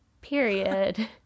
period